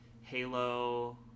Halo